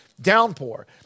downpour